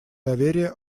доверия